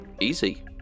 Easy